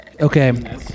Okay